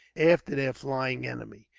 after their flying enemy.